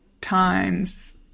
times